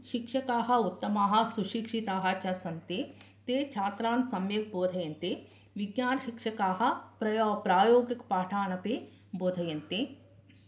शिक्षकाः उत्तमाः सुशिक्षिताः व सन्ति ते छात्रान् सम्यक् बोधयन्ति विज्ञानशिक्षकाः प्रयोग प्रायोगिकपाठान् अपि बोधयन्ति